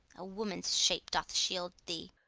a woman's shape doth shield thee.